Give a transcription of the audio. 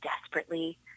desperately